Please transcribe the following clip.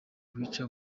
wica